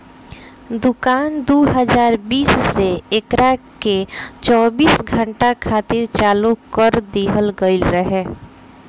दुकान दू हज़ार बीस से एकरा के चौबीस घंटा खातिर चालू कर दीहल गईल रहे